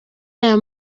aya